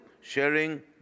sharing